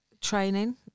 training